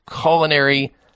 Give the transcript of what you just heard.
Culinary